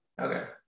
Okay